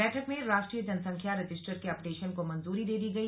बैठक में राष्ट्रीय जनसंख्या रजिस्टर के अपडेशन को मंजूरी दे दी गई